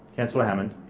councillor hammond.